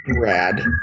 Rad